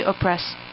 oppress